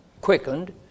quickened